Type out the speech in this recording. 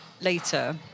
later